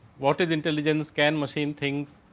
what is intelligence scan machine things.